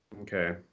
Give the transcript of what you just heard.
Okay